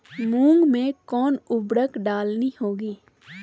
मूंग में कौन उर्वरक डालनी होगी?